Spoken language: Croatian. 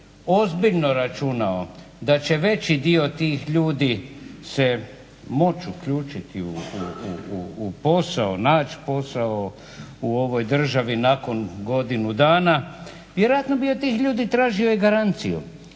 ozbiljno računao da će veći dio tih ljudi moći se uključiti u posao, naći posao u ovoj državi nakon godinu dana, vjerojatno bi od tih ljudi tražio i garanciju